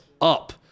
up